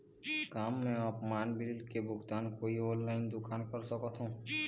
का मैं आपमन बिल के भुगतान कोई ऑनलाइन दुकान कर सकथों?